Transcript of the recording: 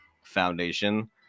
foundation